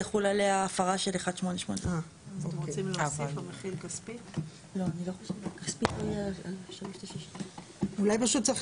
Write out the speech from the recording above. יחול עליה הפרה של 1881. אולי פשוט צריך